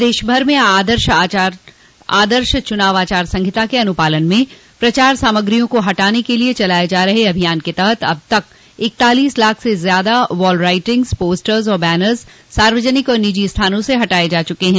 प्रदेश भर में आदर्श चुनाव आचार संहिता के अनुपालन में प्रचार सामग्रियों को हटाने के लिये चलाये जा रहे अभियान के तहत अब तक इकतालीस लाख से ज्यादा वॉल राइटिंग पोस्टर्स और बैनर्स सार्वजनिक व निजी स्थानों से हटाये जा चुके हैं